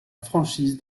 franchise